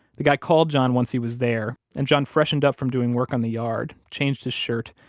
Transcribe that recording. the guy called john once he was there, and john freshened up from doing work on the yard, changed his shirt.